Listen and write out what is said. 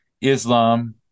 Islam